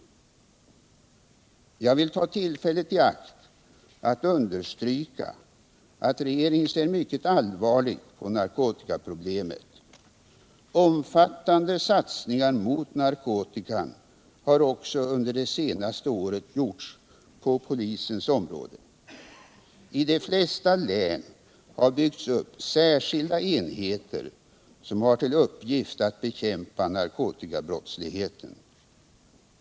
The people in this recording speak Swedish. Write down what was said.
Jag vill ta tillfället i akt att understryka att regeringen ser mycket allvarligt på narkotikaproblemet. Omfattande satsningar mot narkotikan har också under det senaste året gjorts på polisens område. I de flesta län har byggts upp särskilda enheter som har till uppgift att bekämpa narkotikabrottsligheten.